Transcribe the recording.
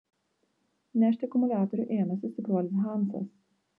nešti akumuliatorių ėmėsi stipruolis hansas